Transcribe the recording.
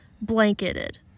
blanketed